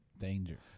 danger